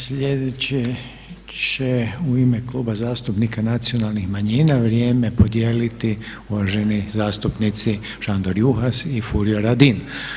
Slijedeće će u ime Kluba zastupnika Nacionalnih manjina vrijeme podijeliti uvaženi zastupnici Šandor Juhas i Furio radin.